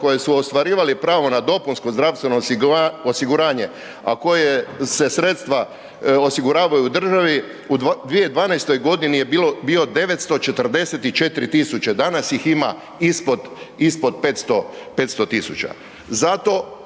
koje su ostvarivale pravo na dopunsko zdravstveno osiguranje, a koje se sredstva osiguravaju u državi u 2012.g. je bilo, bio 944 000, danas ih ima ispod,